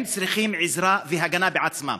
הם צריכים עזרה והגנה בעצמם.